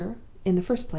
in the first place,